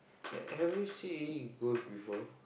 have you see ghost before